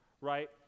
right